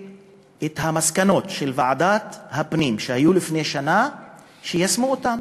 והמסקנות של ועדת הפנים מלפני שנה יישמו אותן,